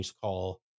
call